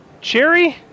Cherry